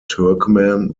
turkmen